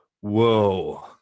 Whoa